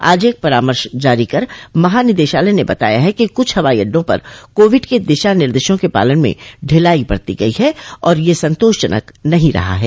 आज एक परामर्श जारी कर महानिदेशालय ने बताया है कि कुछ हवाई अड्डों पर कोविड के दिशा निर्देशों के पालन में ढिलाई बरती गई है और यह संतोषजनक नहीं रहा है